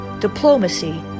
diplomacy